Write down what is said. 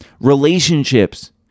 Relationships